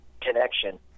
connection